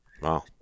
Wow